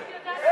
נסים,